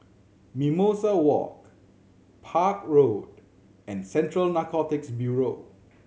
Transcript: Mimosa Walk Park Road and Central Narcotics Bureau